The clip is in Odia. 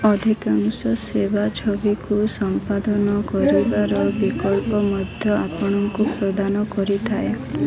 ଅଧିକାଂଶ ସେବା ଛବିକୁ ସମ୍ପାଦନା କରିବାର ବିକଳ୍ପ ମଧ୍ୟ ଆପଣଙ୍କୁ ପ୍ରଦାନ କରିଥାଏ